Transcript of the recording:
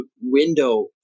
window